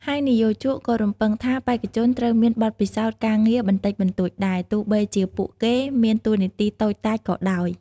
ហើយនិយោជកក៏រំពឹងថាបេក្ខជនត្រូវមានបទពិសោធន៍ការងារបន្តិចបន្តួចដែរ ទោះបីជាពួកគេមានតួនាទីតូចតាចក៏ដោយ។